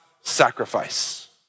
sacrifice